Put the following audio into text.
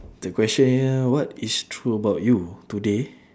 the question here what is true about you today